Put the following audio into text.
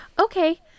Okay